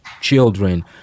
children